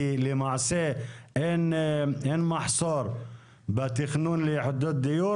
למעשה אין מחסור בתכנון ליחידות דיור,